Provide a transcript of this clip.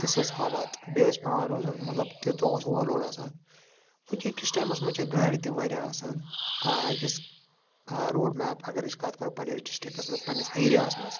تِژھ ٲس حالات بیٚیہِ ٲسۍ پٮ۪وان روزُن مَطلَب تیوٗتاہ اوس اوٚوَر لوڈ آسان وٕنۍ کہِ کِس ٹایمَس منٛز چھےٚ گاڑِ تہِ واریاہ آسان آ أکِس روڈ میپ اَگر أسۍ کَتھ کرو پنٛنِس ڈِسٹِرٛکَس منٛز پنٛنِس ایریاہَس منٛز